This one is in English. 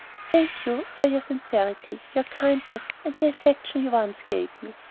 thank you for your sincerity, your kindness, and the affection you once gave me.